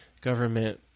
government